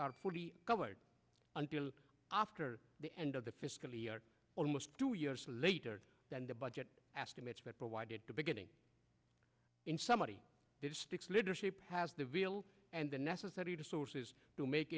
are fully covered until after the end of the fiscal year almost two years later than the budget estimates but provided the beginning in somebody is sticks leadership has the real and the necessary to sources to make